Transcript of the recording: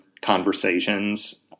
conversations